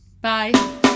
bye